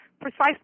precisely